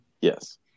Yes